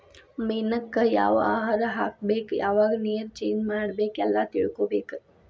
ಮೇನಕ್ಕ ಯಾವ ಆಹಾರಾ ಹಾಕ್ಬೇಕ ಯಾವಾಗ ನೇರ ಚೇಂಜ್ ಮಾಡಬೇಕ ಎಲ್ಲಾ ತಿಳಕೊಬೇಕ